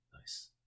Nice